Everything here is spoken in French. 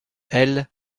elle